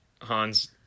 hans